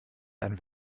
dann